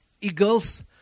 Eagles